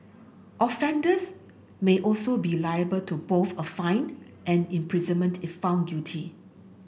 offenders may also be liable to both a fine and imprisonment if found guilty